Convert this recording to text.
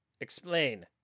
Explain